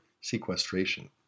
sequestration